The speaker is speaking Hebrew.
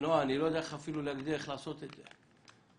יודע איך לעשות את זה.